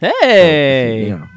Hey